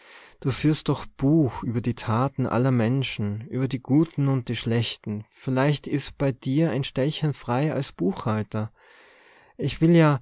du führst doch buch über die taten aller menschen über die guten und die schlechten vielleicht is bei dir ein stellchen frei als buchhalter ich will ja